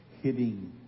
hitting